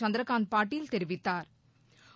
சந்திரகாந்த் பாட்டீல் தெரிவித்தாா்